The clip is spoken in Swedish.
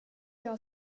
jag